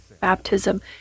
baptism